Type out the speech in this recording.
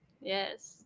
Yes